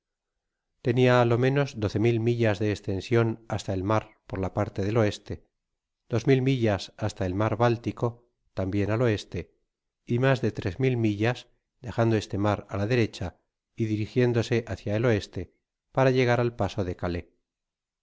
á lo menos doce mil millas de estension hasta el mar por la parte del oeste dos mil millas hasta el mar báltico tambien al oeste y mas de tres mil millas dejando este mar á la derecha y dirigiéndose hácia el oeste para llegar al paso de calé